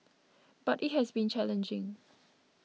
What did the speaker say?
but it has been challenging